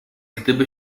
gdyby